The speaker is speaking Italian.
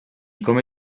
come